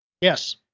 Yes